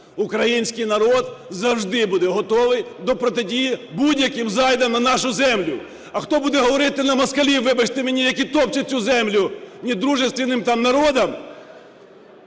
український народ завжди буде готовий до протидії будь-яким зайдам на нашу землю, а хто буде говорити на москалів, вибачте мені, які топчуть цю землю, ні дружественным там народам,